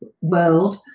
world